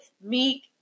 Meek